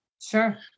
Sure